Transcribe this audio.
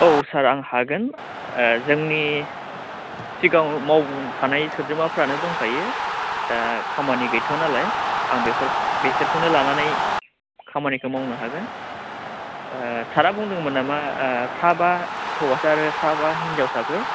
औ सार आं हागोन जोंनि सिगाङाव मावखानाय सोद्रोमाफ्रानो दंखायो खामानि गैथ'आ नालाय आं बेफोर बेसोरखौनो लानानै मावनो हागोन सारा बुंदोंमोन नामा साबा हौवासा आरो साबा हिन्जावसाफोर